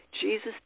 Jesus